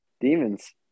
demons